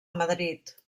madrid